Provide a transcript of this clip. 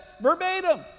verbatim